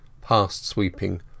past-sweeping